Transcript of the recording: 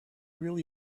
really